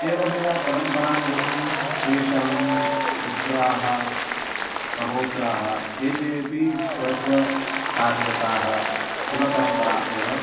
एवमेव परम्परानुगुणं तेषां पुत्राः प्रपौत्राः एते अपि स्वस्वकार्यरताः कुलपरम्परा एव